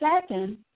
second